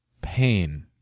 pain